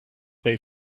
they